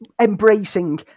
embracing